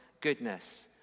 goodness